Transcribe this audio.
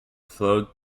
flowed